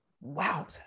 Wow